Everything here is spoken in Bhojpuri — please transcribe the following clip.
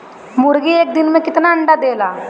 मुर्गी एक दिन मे कितना अंडा देला?